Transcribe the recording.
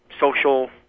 social